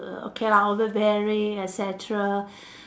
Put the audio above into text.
err okay lah overbearing et cetera